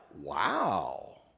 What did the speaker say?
wow